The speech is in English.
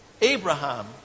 Abraham